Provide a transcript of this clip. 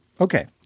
Okay